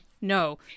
no